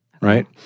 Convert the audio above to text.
right